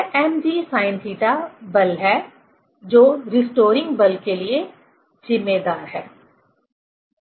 यह mg sin theta बल है जो रीस्टोरिंग बल के लिए जिम्मेदार है